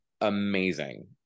amazing